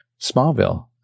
Smallville